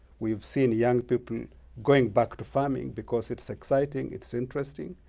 we've seen young people going back to farming because it's exciting, it's interesting,